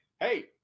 Hey